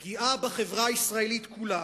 אלא פגיעה בחברה הישראלית כולה,